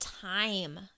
time